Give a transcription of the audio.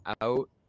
out